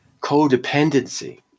codependency